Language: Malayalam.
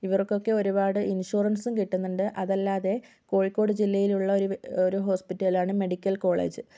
ഇവർക്കൊക്കെ ഒരുപാട് ഇൻഷുറൻസും കിട്ടുന്നുണ്ട് അതല്ലാതെ കോഴിക്കോട് ജില്ലയിലുള്ള ഒരു വേ ഒരു ഹോസ്പിറ്റൽ ആണ് മെഡിക്കൽ കോളേജ്